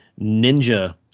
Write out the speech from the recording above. Ninja